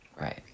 Right